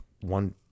one